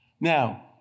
Now